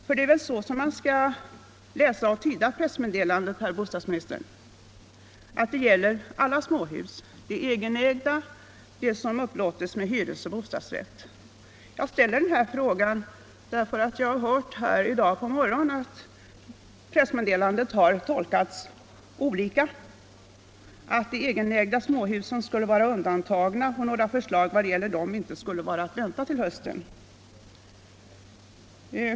För det är väl så man skall tyda pressmeddelandet, herr bostadsminister, att det gäller alla småhus — både egenägda och sådana som upplåts med hyresoch bostadsrätt? Jag ställer frågan därför att jag har hört i dag på morgonen att pressmeddelandet har tolkats olika; det har sagts att de egenägda småhusen skulle vara undantagna och att några förslag beträffande dem inte skulle vara att vänta till hösten.